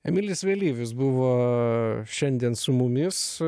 emilis vėlyvis buvo šiandien su mumis